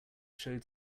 showed